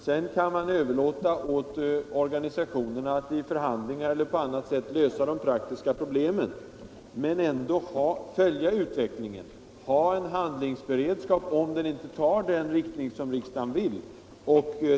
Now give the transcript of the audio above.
Sedan kan man överlåta åt organisationerna att i förhandlingar eller på annat sätt lösa de praktiska problemen, men ändå följa utvecklingen, ha en handlingsberedskap, om utvecklingen inte går som riksdagen vill.